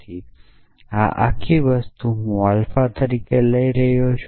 તેથી આ આખી વસ્તુ હુંઆલ્ફા તરીકે લઈ રહ્યો છું